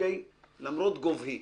למרות גובהי,